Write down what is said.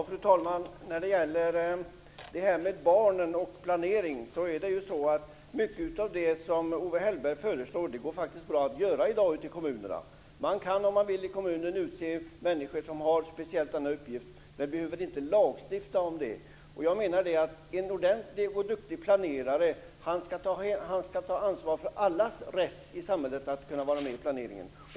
Fru talman! När det gäller barn och planering går mycket av det som Owe Hellberg föreslår bra att genomföra ute i kommunerna. Man kan om man vill i kommunerna utse människor som har denna speciella uppgift, men man behöver inte lagstifta om det. En ordentlig och duktig planerare skall ta ansvar för allas rätt i samhället att kunna vara med i planeringen.